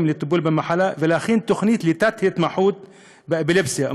לטיפול במחלה ולהכין תוכנית לתת-התמחות באפילפסיה.